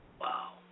Wow